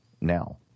now